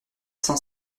cent